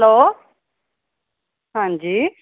hello ਹਾਂਜੀ